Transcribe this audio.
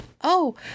Oh